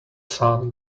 sun